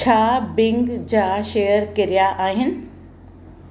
छा बिंग जा शेयर किरिया आहिनि